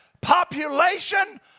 population